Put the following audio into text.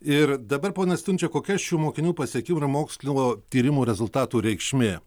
ir dabar ponas stundžia kokia šių mokinių pasiekimai mokslo tyrimų rezultatų reikšmė